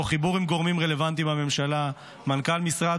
תוך חיבור עם גורמים רלבנטיים בממשלה: מנכ"ל משרד